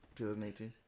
2018